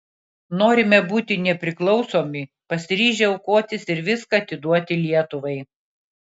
norime būti nepriklausomi pasiryžę aukotis ir viską atiduoti lietuvai